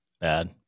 Bad